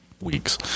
weeks